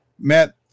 Matt